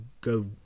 go